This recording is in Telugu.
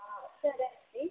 సరే అండి